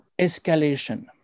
escalation